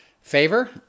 favor